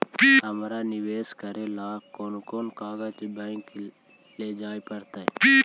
हमरा निवेश करे ल कोन कोन कागज बैक लेजाइ पड़तै?